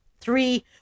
Three